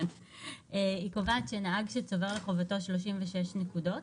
-- היא קובעת שנהג שצבר לחובתו 36 נקודות,